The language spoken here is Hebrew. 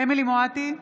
אמילי חיה מואטי,